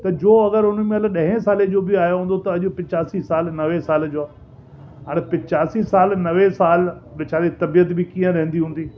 त जो अगरि उन महिल ॾहें साले जो बि आयो हूंदो त अॼु पिचासी साल नवें साल जो हाणे पिचासीं साल नवें साल विचारी तबियत बि कीअं रहंदी हूंदी